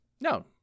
No